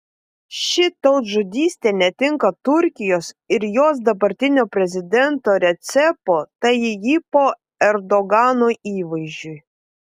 ši tautžudystė netinka turkijos ir jos dabartinio prezidento recepo tayyipo erdogano įvaizdžiui